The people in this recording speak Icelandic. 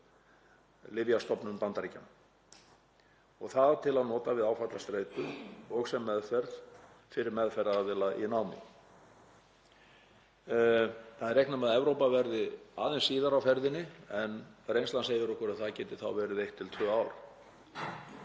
Lyfjastofnun Bandaríkjanna til að nota við áfallastreitu og sem meðferð fyrir meðferðaraðila í námi. Það er reiknað með að Evrópa verði aðeins síðar á ferðinni en reynslan segir okkur að það geti verið 1–2 ár.